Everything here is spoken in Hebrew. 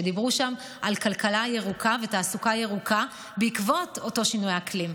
ודיברו שם על כלכלה ירוקה ותעסוקה ירוקה בעקבות אותו שינוי אקלים.